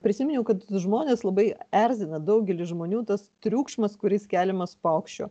prisiminiau kad žmones labai erzina daugelį žmonių tas triukšmas kuris keliamas paukščio